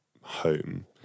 home